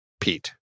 Pete